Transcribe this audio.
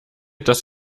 dass